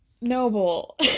Noble